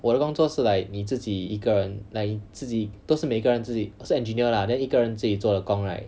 我的工作是 like 你自己一个人 like 自己不是每个人自己是 engineer lah then 一个人自己做的工 right